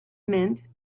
mint